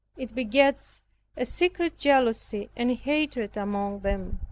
it begets a secret jealousy and hatred among them,